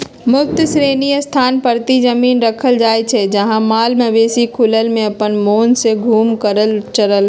मुक्त श्रेणी स्थान परती जमिन रखल जाइ छइ जहा माल मवेशि खुलल में अप्पन मोन से घुम कऽ चरलक